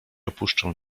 opuszczę